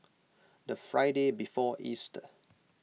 the Friday before Easter